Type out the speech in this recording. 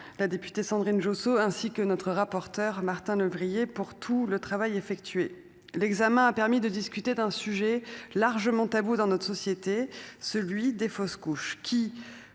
La députée Sandrine Josso, ainsi que notre rapporteur Martin lévrier pour tout le travail effectué l'examen a permis de discuter d'un sujet largement tabou dans notre société, celui des fausses couches, qui